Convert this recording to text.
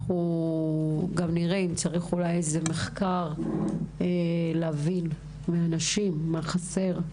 צריך מחקר להבין מהנשים מה חסר,